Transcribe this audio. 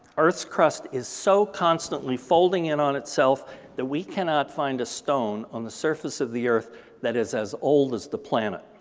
earth's crust is so constantly folding in on itself that we cannot find a stone on the surface of the earth that is as old as the planet.